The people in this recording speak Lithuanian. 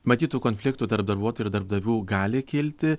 matyt tų konfliktų tarp darbuotojų ir darbdavių gali kilti